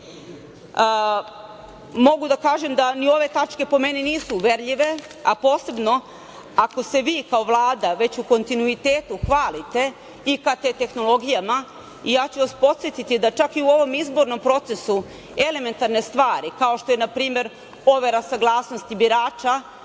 Mogu da kažem da ni ove tačke po meni nisu uverljive, a posebno ako se vi kao Vlada već u kontinuitetu hvalite IKT tehnologijama, ja ću vas podsetiti da čak i u ovom izbornom procesu elementarne stvari, kao što je npr. overa saglasnosti birača